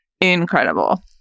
incredible